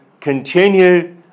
continue